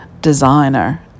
designer